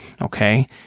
Okay